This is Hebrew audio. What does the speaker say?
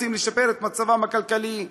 רוצים לשפר את מצבם הכלכלי.